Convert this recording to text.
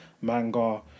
Manga